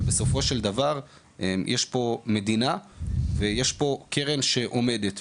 אבל בסופו של דבר יש פה מדינה ויש פה קרן שעומדת,